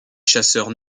chasseurs